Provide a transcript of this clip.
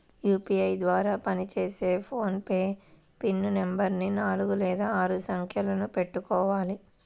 UPI ద్వారా పనిచేసే PhonePe pin నెంబరుని నాలుగు లేదా ఆరు సంఖ్యలను పెట్టుకోవాలి